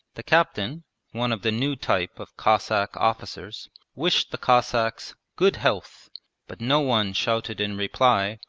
the captain one of the new type of cossack officers wished the cossacks good health but no one shouted in reply,